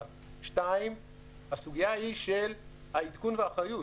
2. הסוגיה היא של העדכון והאחריות,